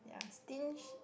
yeah stinge